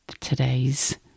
today's